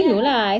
ya lah